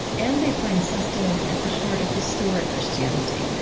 and they find sustenance at the heart of historic christianity,